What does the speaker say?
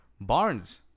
Barnes